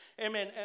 amen